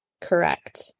Correct